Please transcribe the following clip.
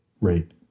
rate